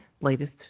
Latest